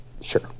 Sure